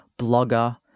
blogger